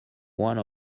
one